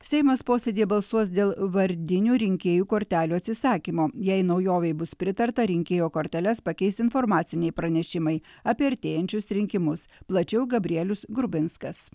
seimas posėdyje balsuos dėl vardinių rinkėjų kortelių atsisakymo jei naujovei bus pritarta rinkėjo korteles pakeis informaciniai pranešimai apie artėjančius rinkimus plačiau gabrielius grubinskas